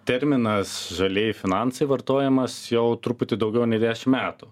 terminas žalieji finansai vartojamas jau truputį daugiau nei dešim metų